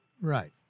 Right